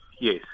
Yes